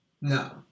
No